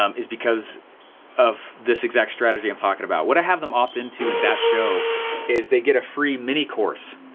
um is because of this exact strategy am talking about. what i have them often to in that show is they get a free mini course.